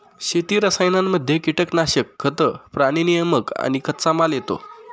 शेती रसायनांमध्ये कीटनाशक, खतं, प्राणी नियामक आणि कच्चामाल येतो